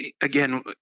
again